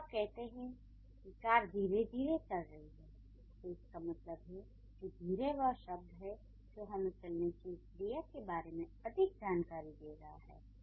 जब आप कहते हैं कि कार धीरे चल रही है तो इसका मतलब है कि 'धीरे' वह शब्द है जो हमें चलने की क्रिया के बारे में अधिक जानकारी दे रहा है